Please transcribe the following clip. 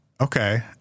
okay